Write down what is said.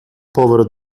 povero